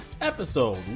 Episode